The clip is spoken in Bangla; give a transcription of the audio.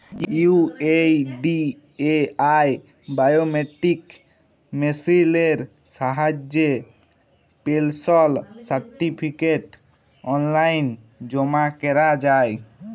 ইউ.এই.ডি.এ.আই বায়োমেট্রিক মেসিলের সাহায্যে পেলশল সার্টিফিকেট অললাইল জমা ক্যরা যায়